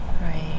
Right